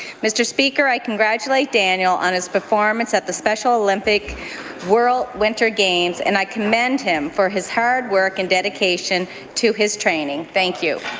mr. speaker, i congratulate daniel on his performance at the special olympic world winter games games and i commend him for his hard work and dedication to his training. thank you.